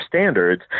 standards